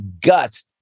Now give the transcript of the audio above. gut